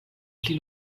pli